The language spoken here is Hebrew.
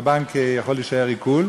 בבנק יישאר עיקול.